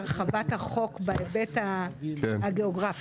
הרחבת החוק בהיבט הגיאוגרפי.